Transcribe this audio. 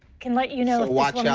can let you know what